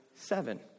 seven